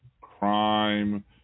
crime